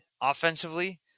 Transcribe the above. offensively